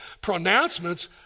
pronouncements